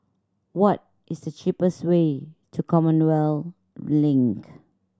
what is the cheapest way to Commonwealth Link